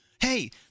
hey